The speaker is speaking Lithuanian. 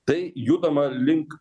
tai judama link